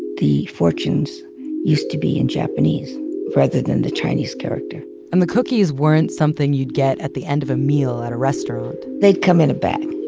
the fortunes used to be in japanese rather than the chinese character and the cookies weren't something you'd get at the end of a meal at a restaurant they'd come in a bag,